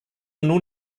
nun